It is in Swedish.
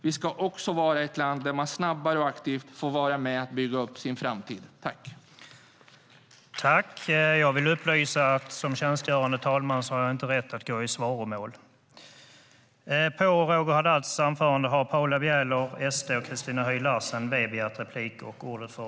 Det ska också vara ett land där man snabbare och aktivt får vara med och bygga upp sin framtid. STYLEREF Kantrubrik \* MERGEFORMAT Integration och jämställdhet